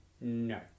no